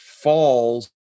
falls